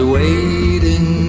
waiting